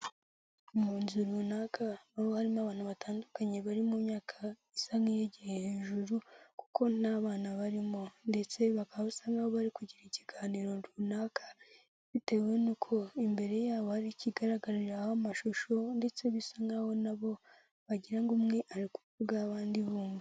Mu nzu runaka aho harimo abantu batandukanye bari mu myaka isa n'iyegeye hejuru kuko nta bana barimo ndetse bakaba basa nkaho bari kugira ikiganiro runaka bitewe n'uko imbere yabo hari ikigaragariraho amashusho ndetse bisa nn'aho nabo wagira ngo umwe ari kuvuga abandi bumva.